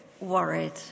worried